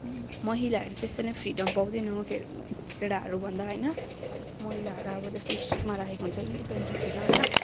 महिलाहरू त्यसै नै फ्रिडम पाउँदैन केटाहरूभन्दा होइन महिलाहरू अब त्यस्तै स्ट्रिक्टमा राखेको हुन्छ इन्डिपेन्ड हुँदैन होइन